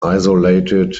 isolated